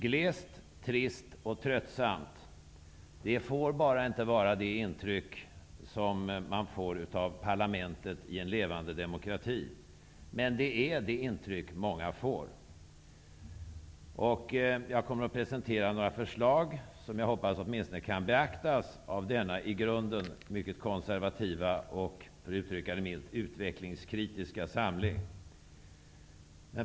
Glest, trist och tröttsamt -- det får inte vara det intryck man får av parlamentet i en levande demokrati, men det är det intryck många får. Jag kommer att presentera några förslag, som jag hoppas åtminstone kan beaktas av denna i grunden mycket konservativa och -- för att uttrycka det milt -- utvecklingskritiska samling.